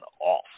off